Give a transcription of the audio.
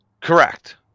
Correct